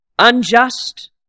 unjust